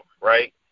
right